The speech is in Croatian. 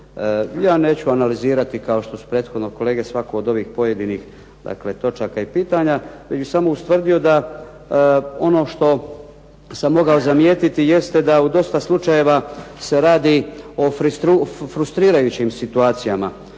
Ja neću analizirati kao što su prethodno kolege, svaku od ovih pojedinih dakle, točaka i pitanja, već bi samo ustvrdio da ono što sam mogao zamijetiti jeste da u dosta slučajeva se radi o frustrirajućim situacijama.